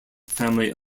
family